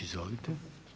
Izvolite.